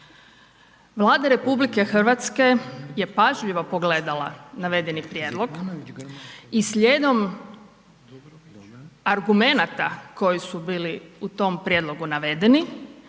Vlada RH je pažljivo pogledala navedeni prijedlog i slijedom argumenata koji su bili u tom prijedlogu navedeni